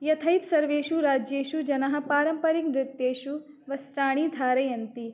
यथैव सर्वेषु राज्येषु जनः पारम्परिक नृत्येषु वस्त्राणि धारयन्ति